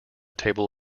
table